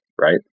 right